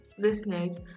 Listeners